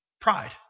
pride